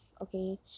Okay